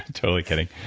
totally kidding.